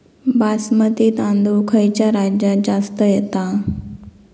बासमती तांदूळ खयच्या राज्यात जास्त येता?